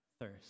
thirst